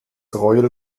royal